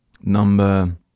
Number